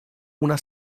una